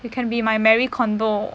you can be my marie kondo